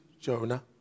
Jonah